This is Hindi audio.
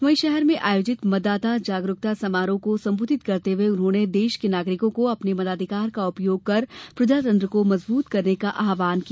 वहीं शहर में आयोजित मतदाता जागरूकता समारोह को संबोधित करते हुए उन्होंने देश के नागरिकों को अपने मताधिकार का उपयोग कर प्रजातंत्र को मजबूत करने का आाहवान किया